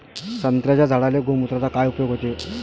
संत्र्याच्या झाडांले गोमूत्राचा काय उपयोग हाये?